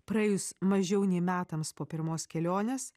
praėjus mažiau nei metams po pirmos kelionės